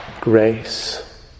grace